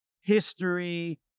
history